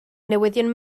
newyddion